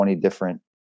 different